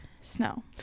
snow